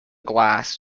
glass